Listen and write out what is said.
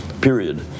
period